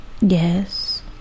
Yes